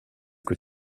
que